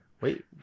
Wait